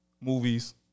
movies